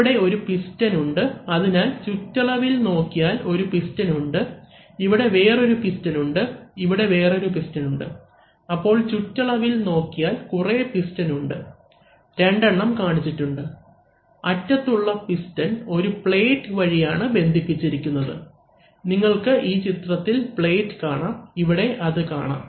ഇവിടെ ഒരു പിസ്റ്റൺ ഉണ്ട് അതിനാൽ ചുറ്റളവിൽ നോക്കിയാൽ ഒരു പിസ്റ്റൺ ഉണ്ട് ഇവിടെ വേറൊരു പിസ്റ്റൺ ഉണ്ട് ഇവിടെ വേറൊരു പിസ്റ്റൺ ഉണ്ട് അപ്പോൾ ചുറ്റളവിൽ നോക്കിയാൽ കുറേ പിസ്റ്റൺ ഉണ്ട് രണ്ടെണ്ണം കാണിച്ചിട്ടുണ്ട് അറ്റത്തുള്ള പിസ്റ്റൺ ഒരു പ്ലേറ്റ് വഴിയാണ് ബന്ധിപ്പിച്ചിരിക്കുന്നത് നിങ്ങൾക്ക് ഈ ചിത്രത്തിൽ പ്ലേറ്റ് കാണാം ഇവിടെ അത് കാണാം